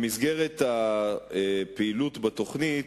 במסגרת הפעילות בתוכנית,